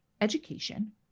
education